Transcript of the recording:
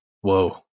whoa